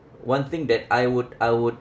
one thing that I would I would